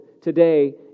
today